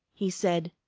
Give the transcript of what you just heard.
he said,